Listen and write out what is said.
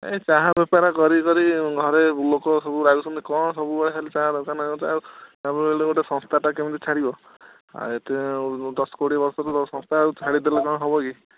ଏ ଚାହା ବେପାର କରି କରି ଘରେ ଲୋକ ସବୁ ରାଗୁଛନ୍ତି କ'ଣ ସବୁବେଳେ ଖାଲି ଚାହା ଦୋକାନ ଆଉ ସବୁବେଳେ ଗୋଟେ ସଂସ୍ଥାଟା କେମିତି ଛାଡ଼ିବ ଆଉ ଏତେ ଦଶ କୋଡ଼ିଏ ବର୍ଷରୁ ସଂସ୍ଥା ଆଉ ଛାଡ଼ିଦେଲେ କ'ଣ ହବ କି